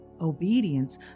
Obedience